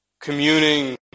communing